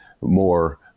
more